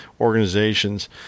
organizations